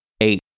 eight